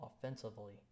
offensively